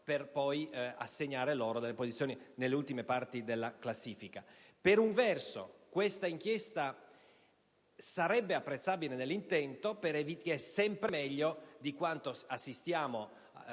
Per un verso questa inchiesta sarebbe apprezzabile nell'intento, perché è sempre meglio di ciò a cui assistiamo tutti